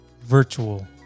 virtual